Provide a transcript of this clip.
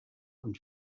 und